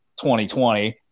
2020